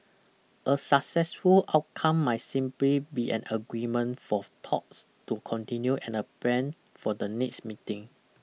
a successful outcome might simply be an agreement for talks to continue and a plan for the next meeting